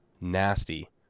nasty